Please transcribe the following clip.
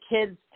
kids